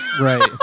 Right